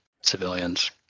civilians